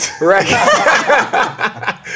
Right